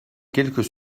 quelques